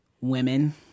women